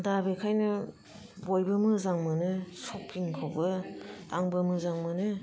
दा बेखायनो बयबो मोजां मोनो सफिंखौबो आंबो मोजां मोनो